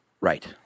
Right